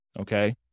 Okay